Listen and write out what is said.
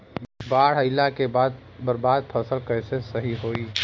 बाढ़ आइला के बाद बर्बाद फसल कैसे सही होयी?